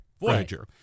Voyager